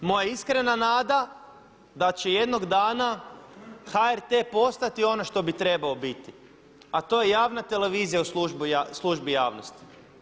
Moja iskrena nada da će jednog dana HRT postati ono što bi trebao biti a to je javna televizija u službi javnosti.